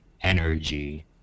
energy